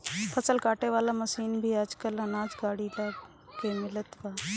फसल काटे वाला मशीन में आजकल अनाज गाड़ी लग के मिलत बा